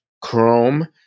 Chrome